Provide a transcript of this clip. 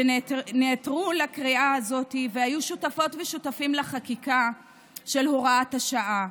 שנעתרו לקריאה הזאת והיו שותפות ושותפים לחקיקה של הוראת השעה.